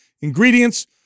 ingredients